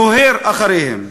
נוהר אחריהם.